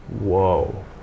Whoa